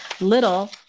Little